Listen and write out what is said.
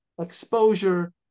exposure